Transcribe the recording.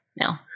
No